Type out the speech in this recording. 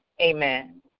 Amen